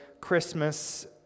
Christmas